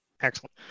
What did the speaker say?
Excellent